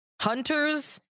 Hunters